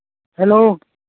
hello